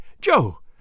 Joe